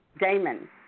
Damon